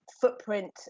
footprint